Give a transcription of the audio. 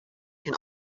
can